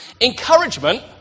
encouragement